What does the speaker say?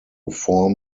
form